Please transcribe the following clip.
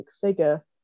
figure